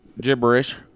Gibberish